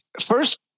First